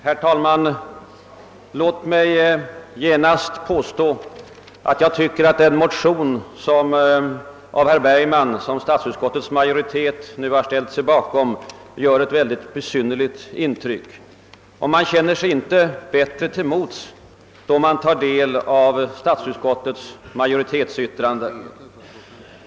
Herr talman! Låt mig genast påstå att den motion av herr Bergman som statsutskottets majoritet nu har ställt sig bakom gör ett besynnerligt intryck, och man känner sig inte bättre till mods, då man tar del av statsutskottets majoritetsyttrande.